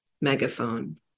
megaphone